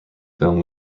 film